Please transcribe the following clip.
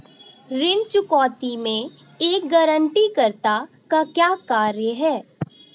ऋण चुकौती में एक गारंटीकर्ता का क्या कार्य है?